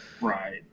Right